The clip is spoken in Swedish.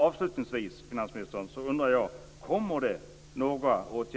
Avslutningsvis, finansministern, undrar jag: